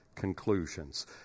conclusions